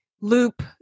loop